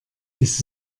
ist